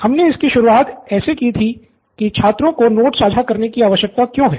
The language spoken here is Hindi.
हमने इसकी शुरुआत ऐसे की थी कि छात्रों को नोट्स साझा करने की आवश्यकता क्यों है